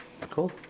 Cool